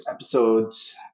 episodes